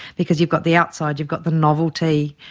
because you've got the outside, you've got the novelty,